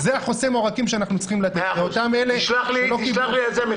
זה החוסם עורקים שאנחנו צריכים לתת לאותם אלה שלא קיבלו.